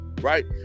right